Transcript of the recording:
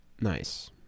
Nice